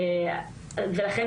לכן,